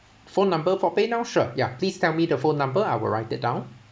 phone number for PayNow sure ya please tell me the phone number I will write it down